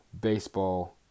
Baseball